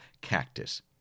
cactus